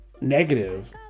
negative